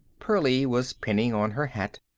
pearlie was pinning on her hat,